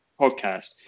podcast